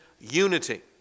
unity